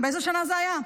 באיזה שנה זה היה?